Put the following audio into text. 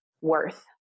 worth